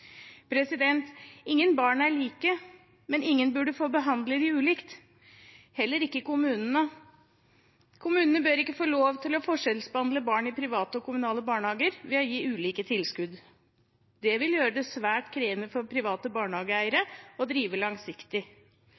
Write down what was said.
Ingen barn er like, men ingen burde få behandle dem ulikt – heller ikke kommunene. Kommunene bør ikke få lov til å forskjellsbehandle barn i private og kommunale barnehager ved å gi ulike tilskudd. Det vil gjøre det svært krevende for private barnehageeiere å drive langsiktig.